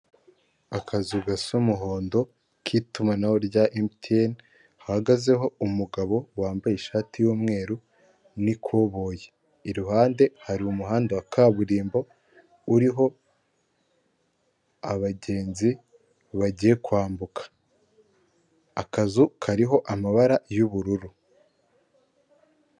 Akazu gasa umuhondo k'itumanaho rya Emutiyene, hahagazeho umugabo wambaye ishati yumweru n'ikoboyi. Iruhande hari umuhanda wa kaburimbo uriho abagenzi bagiye kwambuka. Akazu kariho amabara y'ubururu.